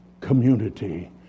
community